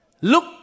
look